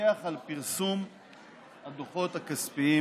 שיפקח על פרסום הדוחות הכספיים